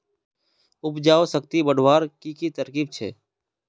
उपजाऊ शक्ति बढ़वार की की तरकीब छे?